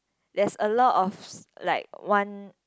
there's a lot of s~ like one